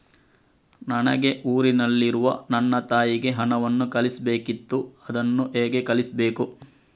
ನನಗೆ ಊರಲ್ಲಿರುವ ನನ್ನ ತಾಯಿಗೆ ಹಣವನ್ನು ಕಳಿಸ್ಬೇಕಿತ್ತು, ಅದನ್ನು ಹೇಗೆ ಕಳಿಸ್ಬೇಕು?